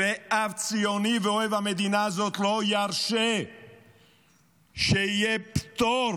ואף ציוני ואוהב המדינה הזאת לא ירשה שיהיה פטור